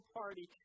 party